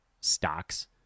stocks